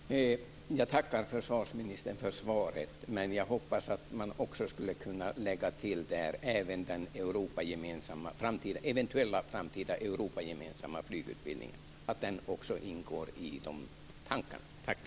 Fru talman! Jag tackar försvarsministern för svaret. Men jag hoppas att också den eventuella framtida europagemensamma flygutbildningen ingår i tankarna.